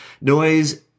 noise